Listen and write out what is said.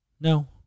No